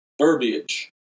verbiage